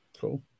Cool